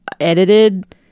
edited